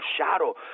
shadow